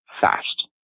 fast